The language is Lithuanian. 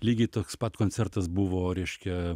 lygiai toks pat koncertas buvo reiškia